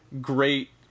great